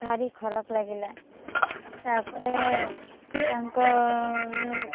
ଭାରି ଖରାପ ଲାଗିଲା ତାପରେ ତାଙ୍କ